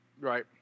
Right